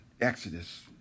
Exodus